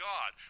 God